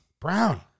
Brown